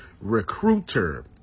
recruiter